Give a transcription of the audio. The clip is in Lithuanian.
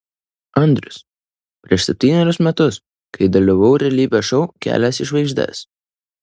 andrius prieš septynerius metus kai dalyvavau realybės šou kelias į žvaigždes